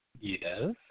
Yes